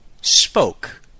spoke